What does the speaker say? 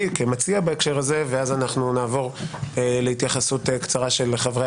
כמציע בהקשר הזה ואז נעבור להתייחסות קצרה של חברי